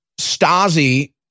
Stasi